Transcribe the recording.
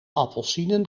appelsienen